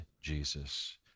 Jesus